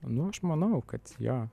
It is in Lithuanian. nu aš manau kad jo